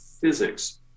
physics